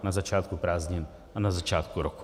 Na začátku prázdnin a na začátku roku.